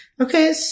Okay